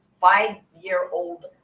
five-year-old